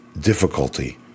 difficulty